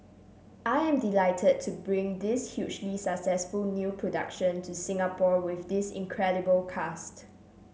I am delighted to bring this hugely successful new production to Singapore with this incredible cast